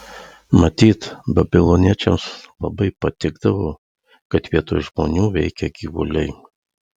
matyt babiloniečiams labai patikdavo kad vietoj žmonių veikia gyvuliai